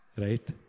Right